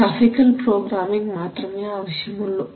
graphical programming മാത്രമേ ആവശ്യമുള്ളൂ